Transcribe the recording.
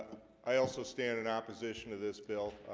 i also stand in opposition to this bill